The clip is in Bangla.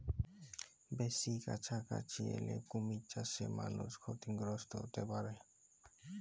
বেসি কাছাকাছি এলে কুমির চাসে মালুষ ক্ষতিগ্রস্ত হ্যতে পারে